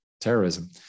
terrorism